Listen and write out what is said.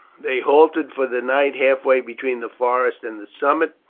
they halted for the night halfway between the forest and the summit,